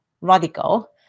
radical